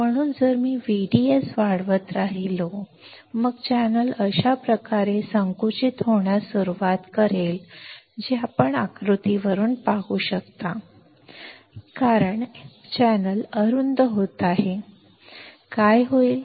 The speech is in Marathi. म्हणून जर मी VDS वाढवत राहिलो मग चॅनेल अशा प्रकारे संकुचित होण्यास सुरवात करेल जे आपण आकृतीवरून पाहू शकता येथे आणि कारण चॅनेल अरुंद होत आहे काय होईल